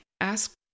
Ask